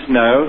no